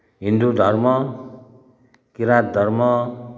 हिन्दू धर्म किराँत धर्म